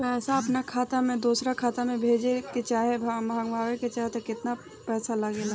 पैसा अपना खाता से दोसरा खाता मे भेजे चाहे मंगवावे में केतना पैसा लागेला?